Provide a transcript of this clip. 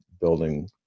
building